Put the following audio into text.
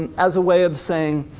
and as a way of saying,